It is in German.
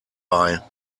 bei